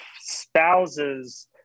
spouses